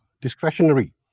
discretionary